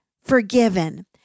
forgiven